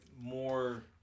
more